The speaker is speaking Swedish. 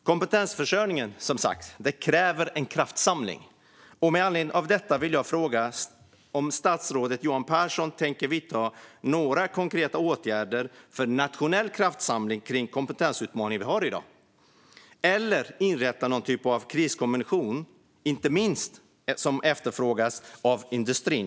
Kompetensförsörjningen kräver som sagt en kraftsamling. Med anledning av detta vill jag fråga om statsrådet Johan Pehrson tänker vidta några konkreta åtgärder för en nationell kraftsamling kring den kompetensutmaning vi har i dag - eller inrätta någon typ av kriskommission, vilket inte minst efterfrågas av industrin.